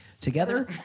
Together